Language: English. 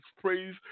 praise